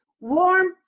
warm